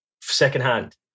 secondhand